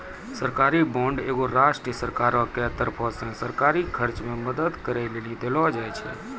सरकारी बांड एगो राष्ट्रीय सरकारो के तरफो से सरकारी खर्च मे मदद करै लेली देलो जाय छै